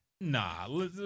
Nah